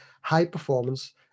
high-performance